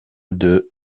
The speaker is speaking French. deux